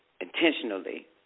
intentionally